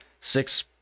six